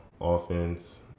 offense